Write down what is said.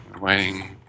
waiting